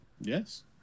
Yes